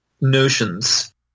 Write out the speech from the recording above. notions